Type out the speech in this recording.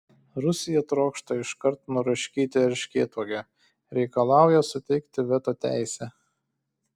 rusija trokšta iškart nuraškyti erškėtuogę reikalauja suteikti veto teisę